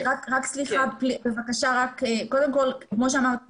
סליחה, קודם כל כמו שאמרת קודם,